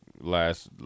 last